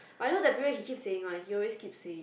I know that period he keep saying one he always keep saying